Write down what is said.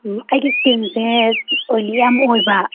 ꯑꯩꯒꯤ ꯏꯁꯀꯤꯟꯁꯦ ꯑꯣꯏꯂꯤ ꯌꯥꯝ ꯑꯣꯏꯕ